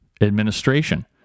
Administration